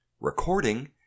Recording